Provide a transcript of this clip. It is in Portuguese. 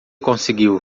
conseguiu